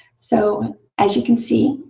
so as you can see,